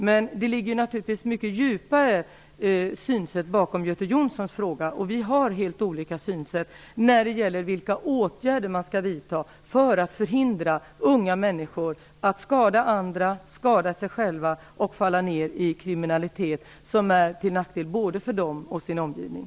Men det finns naturligtvis ett mycket djupare synsätt bakom Göte Jonssons fråga, och vi har helt olika synsätt när det gäller vilka åtgärder man skall vidta för att förhindra unga människor att skada andra, skada sig själva och falla in i kriminalitet som är till nackdel för både dem och deras omgivning.